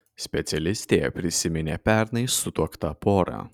specialistė prisiminė pernai sutuoktą porą